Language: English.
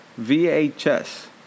VHS